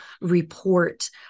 report